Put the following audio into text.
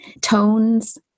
tones